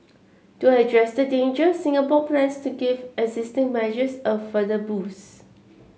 to address the danger Singapore plans to give existing measures a further boost